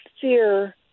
fear